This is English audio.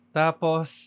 tapos